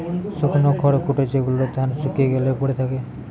শুকনো খড়কুটো যেগুলো ধান শুকিয়ে গ্যালে পড়ে থাকে